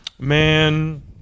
Man